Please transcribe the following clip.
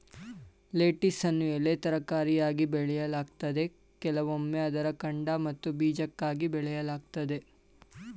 ಲೆಟಿಸನ್ನು ಎಲೆ ತರಕಾರಿಯಾಗಿ ಬೆಳೆಯಲಾಗ್ತದೆ ಕೆಲವೊಮ್ಮೆ ಅದರ ಕಾಂಡ ಮತ್ತು ಬೀಜಕ್ಕಾಗಿ ಬೆಳೆಯಲಾಗ್ತದೆ